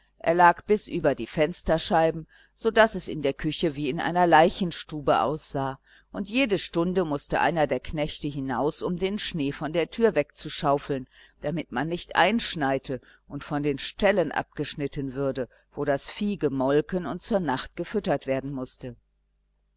er lag bis über die fensterscheiben so daß es in der küche wie in einer leichenstube aussah und jede stunde mußte einer der knechte hinaus um den schnee von der tür wegzuschaufeln damit man nicht einschneite und von den ställen abgeschnitten würde wo das vieh gemolken und zur nacht gefüttert werden mußte